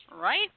Right